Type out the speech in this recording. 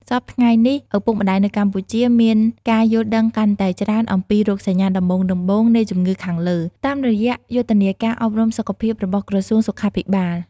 សព្វថ្ងៃនេះ ឪពុកម្ដាយនៅកម្ពុជាមានការយល់ដឹងកាន់តែច្រើនអំពីរោគសញ្ញាដំបូងៗនៃជម្ងឹខាងលើ តាមរយៈយុទ្ធនាការអប់រំសុខភាពរបស់ក្រសួងសុខាភិបាល។